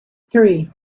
three